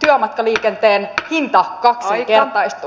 työmatkaliikenteen hinta kaksinkertaistuu